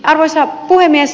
arvoisa puhemies